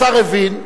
והשר הבין,